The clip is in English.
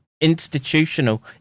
institutional